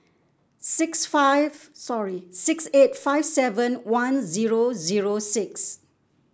six five sorry six eight five seven one zero zero six